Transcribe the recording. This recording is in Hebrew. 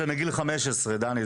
זה נגיד ל-15 דני,